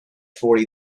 forty